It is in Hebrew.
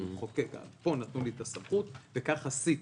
המחוקק נתן לי את הסמכות וכך עשיתי.